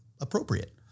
appropriate